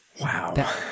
Wow